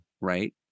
Right